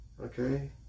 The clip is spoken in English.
Okay